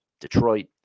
detroit